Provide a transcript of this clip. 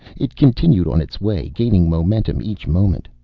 it continued on its way, gaining momentum each moment,